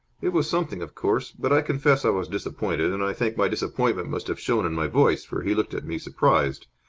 it was something, of course, but i confess i was disappointed, and i think my disappointment must have shown in my voice for he looked at me, surprised.